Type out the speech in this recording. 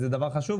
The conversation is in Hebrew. זה דבר חשוב.